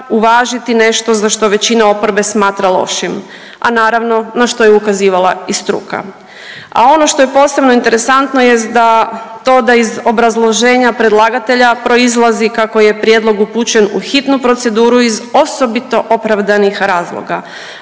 uvažiti nešto za što većina oporbe smatra lošim, a naravno na što je ukazivala i struka. A ono što je posebno interesantno jest to da iz obrazloženja predlagatelja proizlazi kako je prijedlog upućen u hitnu proceduru iz osobito opravdanih razloga,